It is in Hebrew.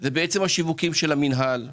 אלה בעצם השיווקים של המינהל.